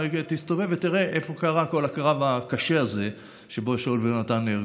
תסתובב ותראה איפה קרה כל הקרב הקשה הזה שבו שאול ויהונתן נהרגו.